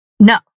No